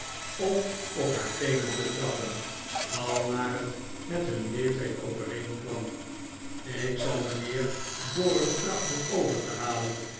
of op haar teenen te trappen al naar het met hun leeftijd over eenk warn i ik zal mijnheer borum trachten over te halen